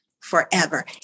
forever